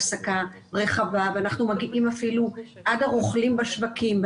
העסקה רחבה ואנחנו מגיעים אפילו עד הרוכלים בשווקים,